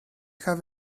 have